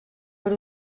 per